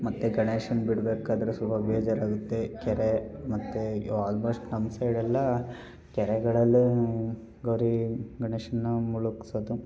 ಮತ್ತು ಗಣೇಶನ್ನ ಬಿಡಬೇಕಾದ್ರೆ ಸ್ವಲ್ಪ ಬೇಜಾರಾಗುತ್ತೆ ಕೆರೆ ಮತ್ತು ಆಲ್ಮೋಸ್ಟ್ ನಮ್ಮ ಸೈಡೆಲ್ಲ ಕೆರೆಗಳಲ್ಲಿ ಗೌರಿ ಗಣೇಶನನ್ನ ಮುಳ್ಗ್ಸೋದು